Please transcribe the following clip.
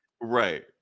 Right